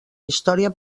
història